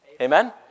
Amen